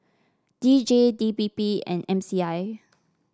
D J D P P and M C I